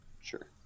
Sure